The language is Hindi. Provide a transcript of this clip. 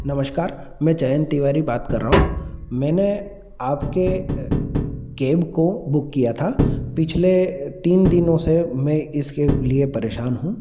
नमस्कार मैं जयंत तिवारी बात कर रहा हूँ मैंने आपके केब को बुक किया था पिछले तीन दिनों से मैं इसके लिए परेशान हूँ